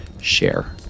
share